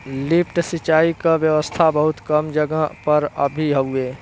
lift सिंचाई क व्यवस्था बहुत कम जगह पर अभी हउवे